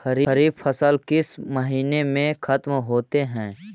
खरिफ फसल किस महीने में ख़त्म होते हैं?